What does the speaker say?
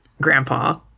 grandpa